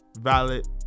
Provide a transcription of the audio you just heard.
valid